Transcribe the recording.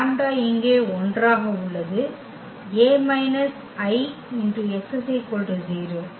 எனவே லாம்ப்டா இங்கே 1 ஆக உள்ளது x 0